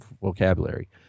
vocabulary